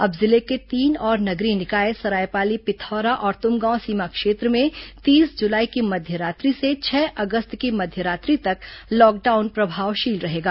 अब जिले के तीन और नगरीय निकाये सरायपाली पिथौरा और तुमगांव सीमा क्षेत्र में तीस जुलाई की मध्यरात्रि से छह अगस्त की मध्यरात्रि तक लॉकडाउन प्रभावशील रहेगा